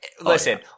Listen